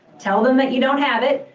tell them that you don't have it,